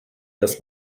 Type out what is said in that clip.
dass